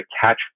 catch